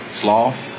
sloth